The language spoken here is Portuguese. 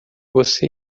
você